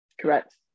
Correct